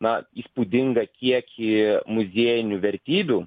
na įspūdingą kiekį muziejinių vertybių